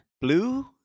Blue